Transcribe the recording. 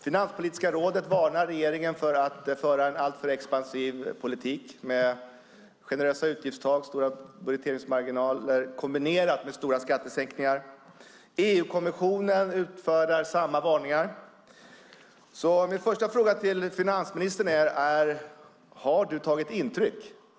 Finanspolitiska rådet varnar regeringen för att föra en alltför expansiv politik med generösa utgiftstak och stora budgeteringsmarginaler kombinerat med stora skattesänkningar. EU-kommissionen utfärdar samma varningar. Min första fråga till finansministern är: Har du tagit intryck?